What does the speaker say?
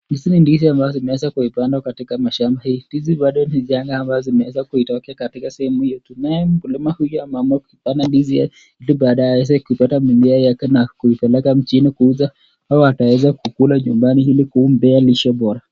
Hizi ni ndizi ambazo zimeweza kupandwa katika mashamba, hii ndizi bado ni changa ambazo zimeweza kutoka katika sehemu hiyo, tunae mkulima huyu ameamua kupanda ndizi hili baadae aweze kupata mimea yake na kuipeleka mjini kuiuza au akaiweza kuikula nyumbani hili kumpea lishe bora.